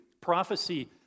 prophecy